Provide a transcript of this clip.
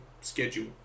schedule